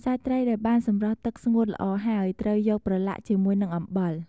សាច់ត្រីដែលបានសម្រក់ទឹកស្ងួតល្អហើយ ត្រូវយកប្រឡាក់ជាមួយនឹងអំបិល។